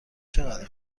چقدر